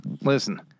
listen